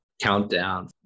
countdown